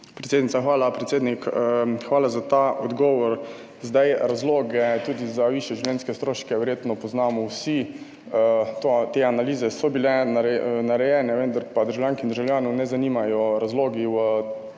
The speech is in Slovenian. Predsednik, hvala za ta odgovor. Razloge za višje življenjske stroške verjetno poznamo vsi, te analize so bile narejene, vendar pa državljank in državljanov ne zanimajo razlogi, v tem